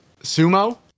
Sumo